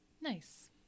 Nice